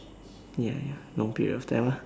ya ya long period of time ah